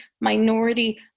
minority